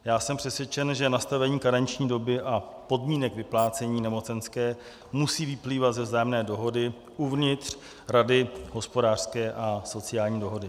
Já jsem přesvědčen, že nastavení karenční doby a podmínek vyplácení nemocenské musí vyplývat ze vzájemné dohody uvnitř Rady hospodářské a sociální dohody.